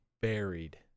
buried